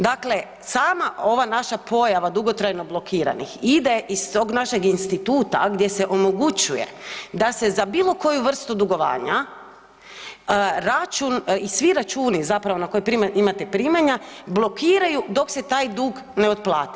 Dakle, sama ova naša pojava dugotrajno blokiranih ide iz tog našeg instituta gdje se omogućuje da se za bilo koju vrstu dugovanja račun i svi računi zapravo na koja imate primanja blokiraju dok se taj dug ne otplati.